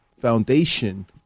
foundation